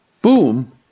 boom